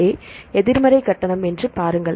ஏ எதிர்மறை கட்டணம் என்று பாருங்கள்